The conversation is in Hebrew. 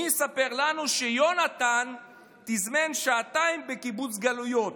מי יספר לנו שיונתן תזמן שעתיים בקיבוץ גלויות?